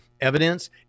evidence